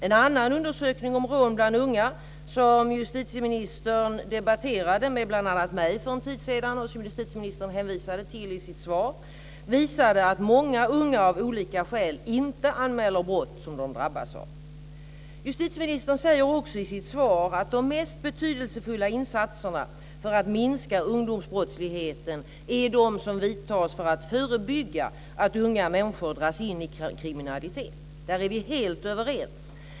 En annan undersökning om rån bland unga, som justitieministern debatterade med bl.a. mig för en tid sedan och som han hänvisade till i sitt svar, visade att många unga av olika skäl inte anmäler brott som de drabbas av. Justitieministern säger också i sitt svar att de mest betydelsefulla insatserna för att minska ungdomsbrottsligheten är de som vidtas för att förebygga att unga människor dras in i kriminalitet. Där är vi helt överens.